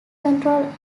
control